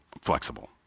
flexible